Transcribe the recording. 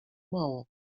mało